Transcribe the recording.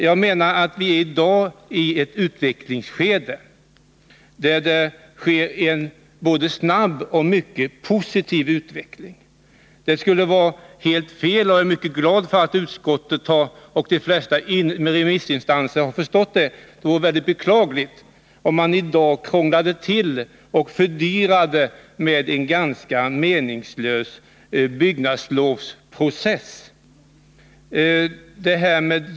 Jag menar att vii dag befinner oss i ett intensivt utvecklingsskede. Det sker en både snabb och mycket positiv utveckling. Det skulle vara helt fel — och jag är mycket glad över att utskottet och de flesta remissinstanser har förstått det - om man i dag krånglade till och fördyrade med en ganska meningslös byggnadslovsprocess.